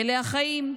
אלה החיים.